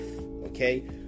Okay